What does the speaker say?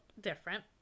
different